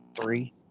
three